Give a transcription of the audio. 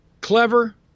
clever